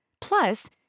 Plus